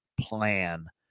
plan